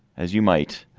as you might